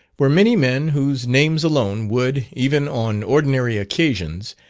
were many men whose names alone would, even on ordinary occasions,